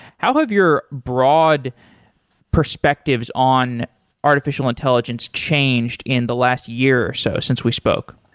how have your broad perspectives on artificial intelligence changed in the last year or so since we spoke?